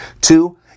Two-